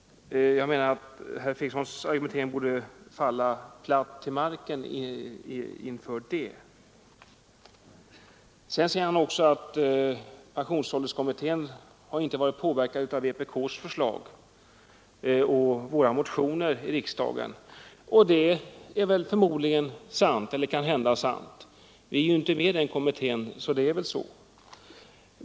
Herr Fredrikssons argumentering borde falla platt till marken inför detta. Sedan säger han att pensionsålderskommittén inte har varit påverkad av vpk:s förslag och våra motioner i riksdagen. Det är kanhända sant — vi är ju inte med i den kommittén.